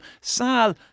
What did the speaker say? Sal